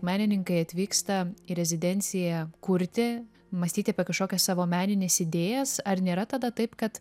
menininkai atvyksta į rezidenciją kurti mąstyti apie kažkokias savo menines idėjas ar nėra tada taip kad